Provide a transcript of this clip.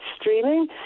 streaming